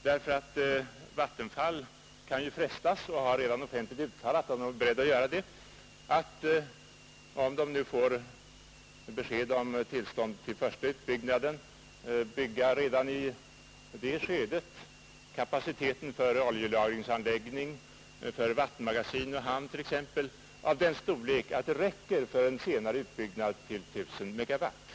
På Vattenfall har man redan offentligt förklarat, att om man får tillstånd till den första utbyggnaden, så är man beredd att redan i det skedet bygga t.ex. oljelagringsanläggning, magasin och hamn i en storlek som räcker för en senare utbyggnad till I 000 megawatt.